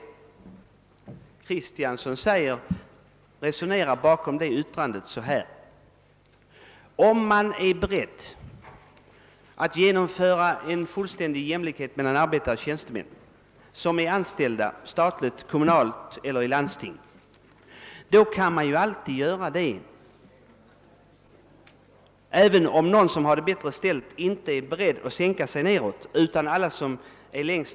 Herr Kristiansson resonerar i sitt yttrande så här: Om man är beredd att genomföra fullständig jämlikhet mellan arbetare och tjänstemän som är anställda av staten, kommunerna eller landstingen, kan man alltid göra det, även om de som har det bättre ställt inte är beredda att gå med på en sänkning.